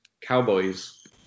Cowboys